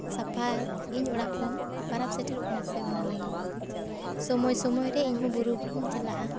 ᱥᱟᱯᱷᱟᱭᱟᱹᱧ ᱚᱲᱟᱜᱠᱚ ᱯᱚᱨᱚᱵᱽ ᱥᱮᱴᱮᱨᱚᱜ ᱠᱟᱱᱟ ᱥᱮ ᱚᱱᱟ ᱞᱟᱹᱜᱤᱫ ᱥᱚᱢᱚᱭ ᱥᱚᱢᱚᱭᱨᱮ ᱤᱧᱦᱚᱸ ᱵᱩᱨᱩᱦᱚᱧ ᱪᱟᱞᱟᱜᱼᱟ